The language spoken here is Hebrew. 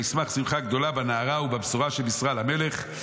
וישמח שמחה גדולה בנערה ובבשורה שבישרה למלך".